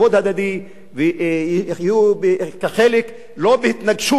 בנגב יחיו בכבוד הדדי ולא בהתנגשות,